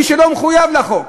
מי שלא מחויב לחוק,